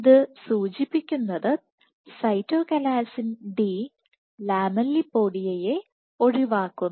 ഇത് സൂചിപ്പിക്കുന്നത് cytochalasin D ലാമെല്ലിപോഡിയയേ ഒഴിവാക്കുന്നു